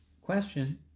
question